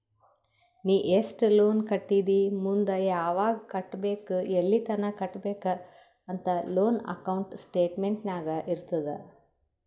ನೀ ಎಸ್ಟ್ ಲೋನ್ ಕಟ್ಟಿದಿ ಮುಂದ್ ಯಾವಗ್ ಕಟ್ಟಬೇಕ್ ಎಲ್ಲಿತನ ಕಟ್ಟಬೇಕ ಅಂತ್ ಲೋನ್ ಅಕೌಂಟ್ ಸ್ಟೇಟ್ಮೆಂಟ್ ನಾಗ್ ಇರ್ತುದ್